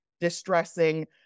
distressing